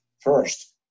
First